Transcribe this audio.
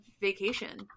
vacation